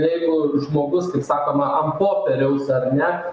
jeigu žmogus kaip sakoma ant popieriaus ar ne